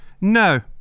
no